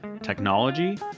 technology